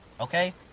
Okay